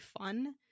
fun